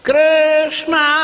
Krishna